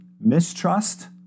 mistrust